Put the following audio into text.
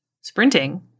sprinting